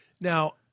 Now